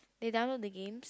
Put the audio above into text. they download the games